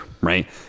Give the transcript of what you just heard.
right